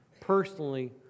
personally